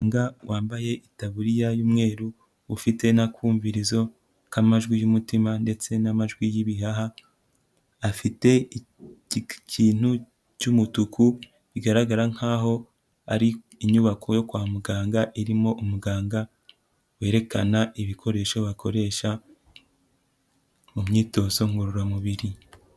Umuganga wambaye itaburiya y'umweru, ufite n'akumvirizo k'amajwi y'umutima ndetse n'amajwi y'ibihaha, afite ikintu cy'umutuku, bigaragara nkaho ari inyubako yo kwa muganga irimo umuganga, werekana ibikoresho bakoresha mu myitozo ngororamubiri.